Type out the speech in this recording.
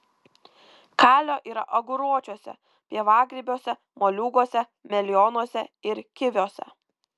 kalio yra aguročiuose pievagrybiuose moliūguose melionuose ir kiviuose